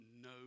no